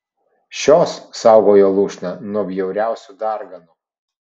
šios saugojo lūšną nuo bjauriausių darganų